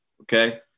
Okay